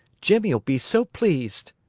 jimmie'll be so pleased.